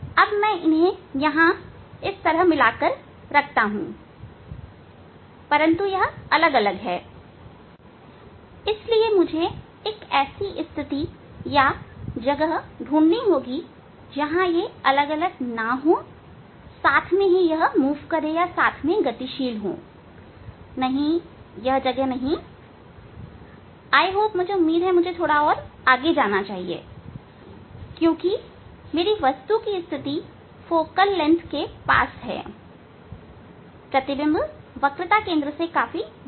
अब मैं इन्हें यहां मिला कर रखता हूं परंतु यह अलग अलग है इसलिए मुझे एक ऐसी स्थिति या जगह ढूंढनी होगी जहां यह अलग अलग ना हो यह साथ में गतिशील है नहीं वह नहीं है यही उम्मीद है कि मुझे और आगे जाना चाहिए क्योकि मेरी वस्तु की स्थिति फोकल लंबाई के पास है प्रतिबिंब वक्रता केंद्र के काफी दूर होगा